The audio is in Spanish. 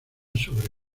sobre